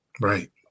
Right